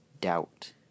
doubt